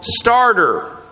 starter